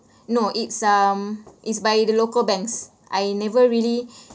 no it's um it's by the local banks I never really